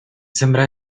sembra